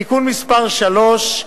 (תיקון מס' 3),